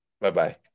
Bye-bye